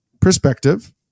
perspective